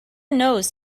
nose